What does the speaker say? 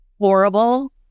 Horrible